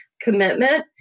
commitment